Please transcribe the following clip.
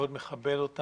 מאוד מכבד אותם.